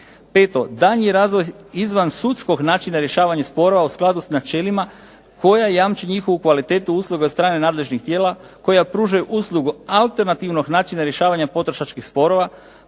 Peto, daljnji razvoj izvansudskog načina rješavanja sporova u skladu s načelima koja jamče njihovu kvalitetu usluga od strane nadležnih tijela koja pružaju uslugu alternativnog načina rješavanja potrošačkih sporova,